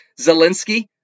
Zelensky